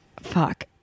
Fuck